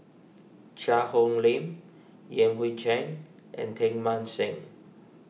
Cheang Hong Lim Yan Hui Chang and Teng Mah Seng